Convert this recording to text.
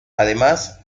además